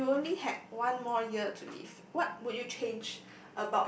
if you only had one more yar to live what would you change